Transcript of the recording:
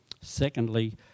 Secondly